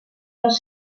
dels